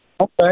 Okay